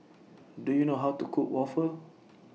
Do YOU know How to Cook Waffle